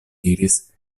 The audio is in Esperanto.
diris